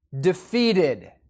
defeated